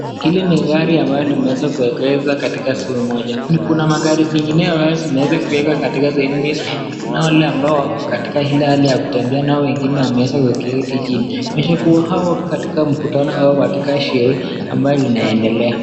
Hili ni gari ambalo limeweza kuegeshwa katika cs[show]cs moja kuna magari zingineo yameweza kuweka katika sehemu hii na kuna wale ambao wako katika ile hali ya kutembea nao wengine wameweza kuketi chini. Inawezakuwa hao wako katika mkutano ama sherehe ambayo inandelea.